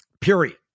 period